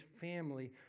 family